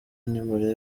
nimurebe